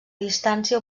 distància